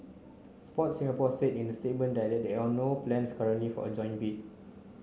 Sport Singapore said in a statement that there are no plans currently for a joint bid